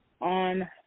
on